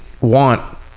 want